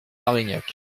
arignac